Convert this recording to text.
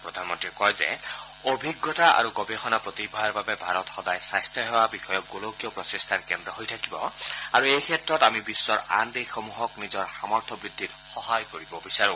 প্ৰধানমন্নী কয় যে অভিজ্ঞতা আৰু গৱেষণা প্ৰতিভাৰ বাবে ভাৰত সদায় স্বাস্থ্যসেৱা বিষয়ক গোলকীয় প্ৰচেষ্টাৰ কেন্দ্ৰ হৈ থাকিব আৰু এইক্ষেত্ৰত আমি বিশ্বৰ আন দেশসমূহক নিজৰ সামৰ্থ বৃদ্ধিত সহায় কৰিব বিচাৰো